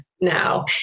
now